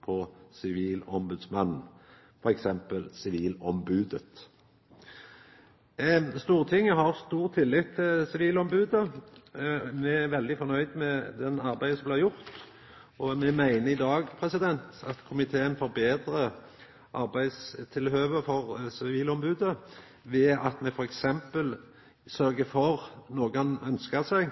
på sivilombodsmannen, f.eks. «sivilombodet». Stortinget har stor tillit til sivilombodet. Me er veldig fornøgde med det arbeidet som blir gjort. Komiteen meiner at me betrar arbeidstilhøva for sivilombodet ved at me sørgjer for noko ombodet ønskjer seg,